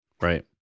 Right